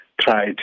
Tried